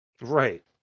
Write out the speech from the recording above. Right